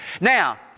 Now